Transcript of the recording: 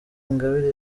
ingabire